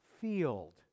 field